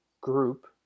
group